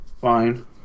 Fine